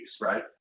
right